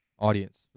audience